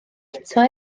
eto